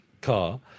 car